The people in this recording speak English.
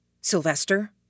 Sylvester